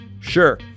Sure